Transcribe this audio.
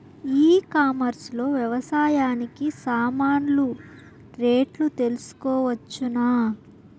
ఈ కామర్స్ లో వ్యవసాయానికి సామాన్లు రేట్లు తెలుసుకోవచ్చునా?